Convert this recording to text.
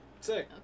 Sick